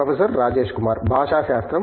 professor Rajesh Kumar భాషాశాస్త్రం